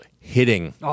hitting